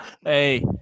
Hey